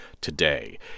today